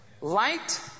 Light